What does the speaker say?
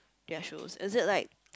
their shows is it like